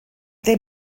they